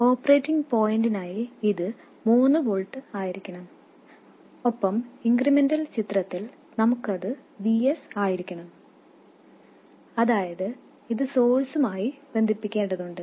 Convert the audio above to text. operating പോയിന്റിനായി ഇത് 3 volt ആയിരിക്കണം ഒപ്പം ഇൻക്രിമെന്റൽ ചിത്രത്തിൽ നമുക്ക് അത് Vs ആയിരിക്കണം അതായത് അത് സോഴ്സ്മായി ബന്ധിപ്പിക്കേണ്ടതുണ്ട്